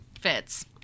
fits